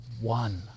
one